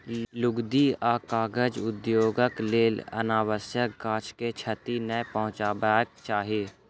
लुगदी आ कागज उद्योगक लेल अनावश्यक गाछ के क्षति नै पहुँचयबाक चाही